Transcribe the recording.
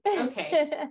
Okay